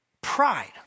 pride